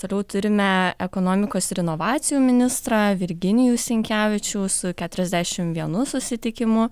toliau turime ekonomikos ir inovacijų ministrą virginijų sinkevičių su keturiasdešimt vienu susitikimu